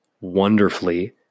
wonderfully